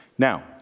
Now